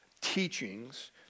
teachings